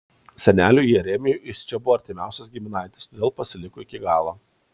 seneliui jeremijui jis čia buvo artimiausias giminaitis todėl pasiliko iki galo